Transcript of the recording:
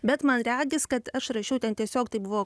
bet man regis kad aš rašiau ten tiesiog tai buvo